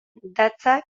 datza